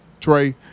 Trey